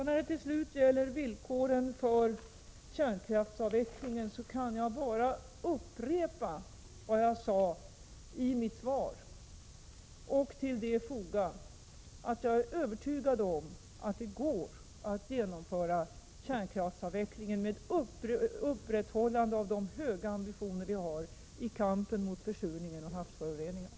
När det gäller villkoren för kärnkraftsavvecklingen kan jag endast upprepa vad jag sade i mitt svar och till det foga: Jag är övertygad om att det går att genomföra kärnkraftsavvecklingen med upprätthållande av de höga ambitioner vi har i kampen mot försurning och havsföroreningar.